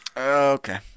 Okay